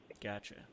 Gotcha